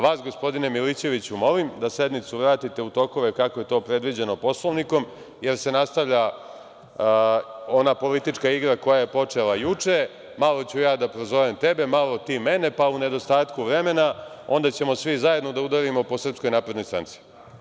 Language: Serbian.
Vas, gospodine Milićeviću, molim da sednicu vratite u tokove kako je to predviđeno Poslovnikom, jer se nastavlja ona politička igra koja je počela juče, malo ću ja da prozovem tebe, malo ti mene, pa u nedostatku vremena svi zajedno ćemo da udarimo po SNS.